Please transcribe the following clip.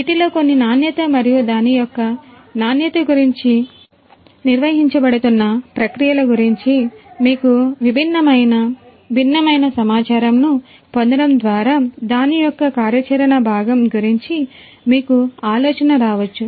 వీటిలో కొన్ని నాణ్యత మరియు దాని యొక్క నాణ్యత గురించి నిర్వహించబడుతున్న ప్రక్రియల గురించి మీకు భిన్నమైన భిన్నమైన సమాచారమును పొందడం ద్వారా దాని యొక్క కార్యాచరణ భాగం గురించి మీకు ఆలోచన రావచ్చు